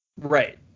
Right